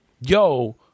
yo